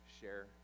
share